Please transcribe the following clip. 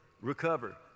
recover